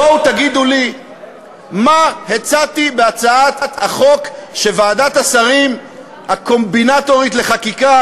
בואו תגידו לי מה הצעתי בהצעת החוק שוועדת השרים הקומבינטורית לחקיקה